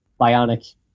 bionic